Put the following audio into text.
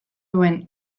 duen